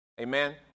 Amen